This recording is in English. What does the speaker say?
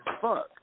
fuck